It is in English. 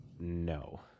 No